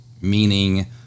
meaning